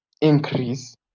increase